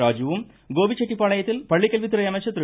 ராஜுவும் கோபிசெட்டிப்பாளையத்தில் பள்ளிக்கல்வித்துறை அமைச்சர் திரு